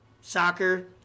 soccer